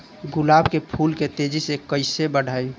गुलाब के फूल के तेजी से कइसे बढ़ाई?